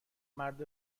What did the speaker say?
مرد